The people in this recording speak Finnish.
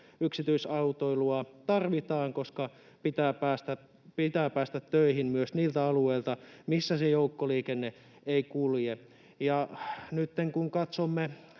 Yksityisautoilua tarvitaan, koska pitää päästä töihin myös niiltä alueilta, missä se joukkoliikenne ei kulje. Nytten kun katsomme